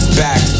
back